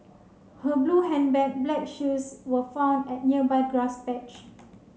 her blue handbag black shoes were found at nearby grass patch